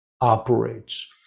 operates